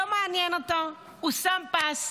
לא מעניין אותו, הוא שם פס.